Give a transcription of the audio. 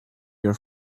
your